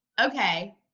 okay